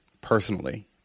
personally